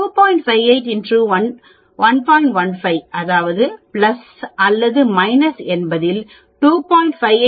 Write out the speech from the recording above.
15 அது அல்லது 80 இல் 2